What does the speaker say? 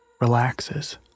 relaxes